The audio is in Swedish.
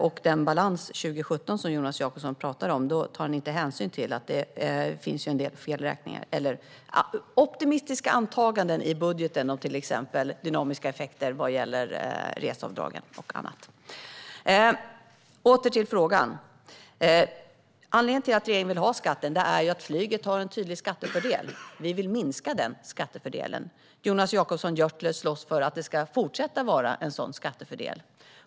När Jonas Jacobsson Gjörtler talar om balans 2017 tar han inte hänsyn till att det finns en del felberäkningar - eller optimistiska antaganden - i budgeten av till exempel dynamiska effekter vad gäller reseavdrag och annat. Åter till frågan. Anledningen till att regeringen vill ha skatten är att flyget har en tydlig skattefördel. Vi vill minska den skattefördelen. Jonas Jacobsson Gjörtler slåss för att det ska fortsätta att vara en sådan skattefördel.